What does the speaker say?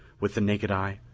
with the naked eye,